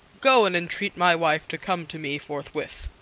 go and entreat my wife to come to me forthwith.